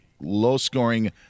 low-scoring